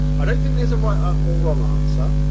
i don't think there's a right or wrong answer,